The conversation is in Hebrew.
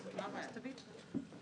צהריים טובים,